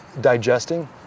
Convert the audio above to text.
digesting